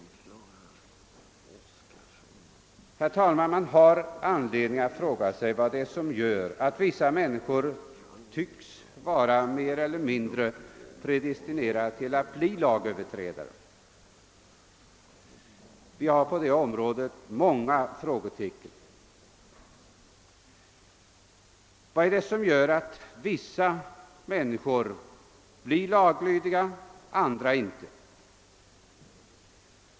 Herr talman! Man har anledning att fråga sig vad det är som gör att vissa människor tycks vara mer eller mindre predistinerade till att bli lagöverträdare. Vi har på det området många frågetecken. Vad är det som gör att vissa människor blir laglydiga, andra inte?